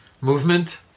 movement